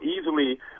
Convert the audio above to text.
easily